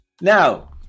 Now